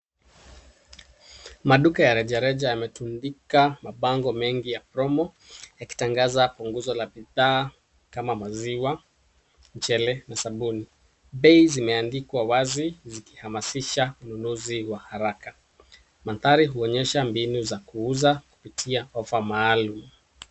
Maduka ya rejareja yametundika mabango mengi ya Promo yakitangaza punguzo la bidhaa kama maziwa, mchele na sabuni. Bei zimeandikwa wazi zikihamasisha ununuzi wa haraka. Mandhari huonyesha mbinu za kuuza kupitia offer maalum.